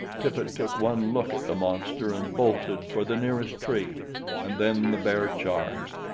tippet took one look at the monster and bolted for the nearest tree and then the bear charged.